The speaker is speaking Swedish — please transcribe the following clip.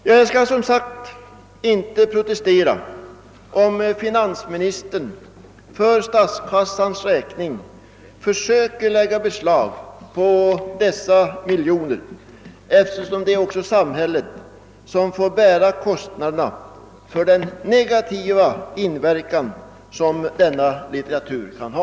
Jag skall, som sagt, inte protestera om finansministern för statskassans räkning försöker lägga beslag på dessa miljoner, eftersom det är samhället som får bära kostnaderna för den negativa inverkan som denna litteratur kan ha.